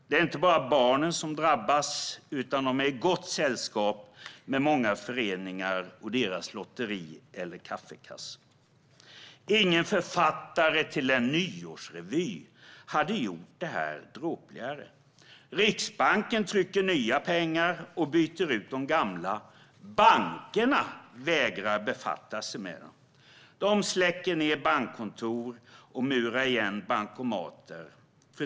Det är inte bara barnen som drabbas, utan de är i gott sällskap med många föreningar och deras lotteri eller kaffekassor. Ingen författare till en nyårsrevy hade gjort det dråpligare. Riksbanken trycker nya pengar och byter ut de gamla. Bankerna vägrar befatta sig med dem. Släcker ner bankkontor och murar igen bankomater.